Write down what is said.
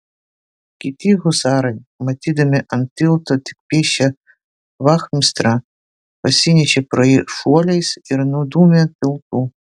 kiti husarai matydami ant tilto tik pėsčią vachmistrą pasinešė pro jį šuoliais ir nudūmė tiltu